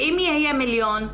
ואם יהיה מיליון?